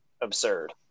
absurd